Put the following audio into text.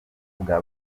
bwa